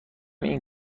این